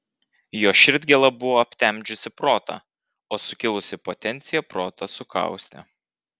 jo širdgėla buvo aptemdžiusi protą o sukilusi potencija protą sukaustė